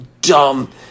dumb